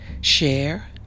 share